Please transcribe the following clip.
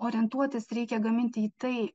orientuotis reikia gaminti į tai